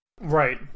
Right